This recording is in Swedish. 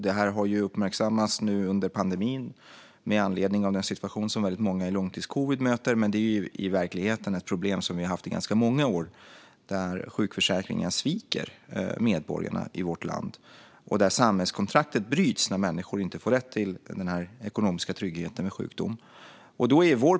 Detta har uppmärksammats under pandemin med anledning av den situation som väldigt många med långtidscovid möter, men det är ju i verkligheten ett problem som vi har haft i ganska många år. Sjukförsäkringen sviker medborgarna i vårt land, och samhällskontraktet bryts när människor inte får rätt till ekonomisk trygghet vid sjukdom.